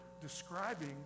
describing